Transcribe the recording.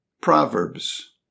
Proverbs